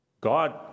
God